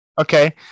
Okay